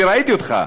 אני ראיתי אותך.